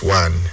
one